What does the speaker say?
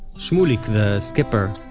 shmulik, the skipper,